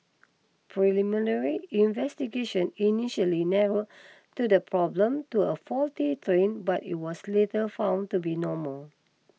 preliminary investigation initially narrowed to the problem to a faulty train but it was later found to be normal